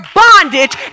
bondage